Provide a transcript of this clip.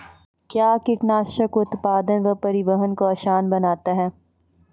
कया कीटनासक उत्पादन व परिवहन को आसान बनता हैं?